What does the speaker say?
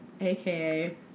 aka